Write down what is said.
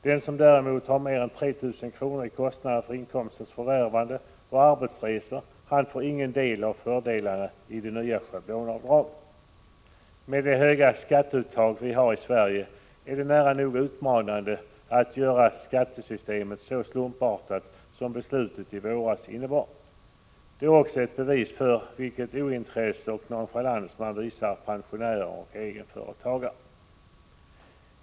Den som däremot har mer än 3 000 kr. i kostnader för inkomstens förvärvande och arbetsresor får ingen del av fördelarna med det nya schablonavdraget. Med det höga skatteuttag vi har i Sverige är det nära nog utmanande att göra skattesystemet så slumpartat som beslutet i våras innebar. Det är också ett bevis för vilket ointresse och vilken nonchalans man visar pensionärer och egenföretagare.